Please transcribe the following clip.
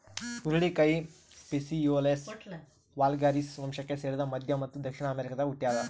ಹುರುಳಿಕಾಯಿ Phaseolus vulgaris ವಂಶಕ್ಕೆ ಸೇರಿದ ಮಧ್ಯ ಮತ್ತು ದಕ್ಷಿಣ ಅಮೆರಿಕಾದಾಗ ಹುಟ್ಯಾದ